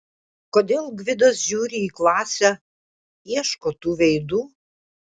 kodėl gvidas žiūri į klasę ieško tų veidų